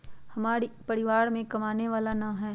हमरा परिवार में कमाने वाला ना है?